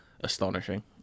astonishing